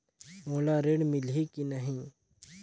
मोला ऋण मिलही की नहीं?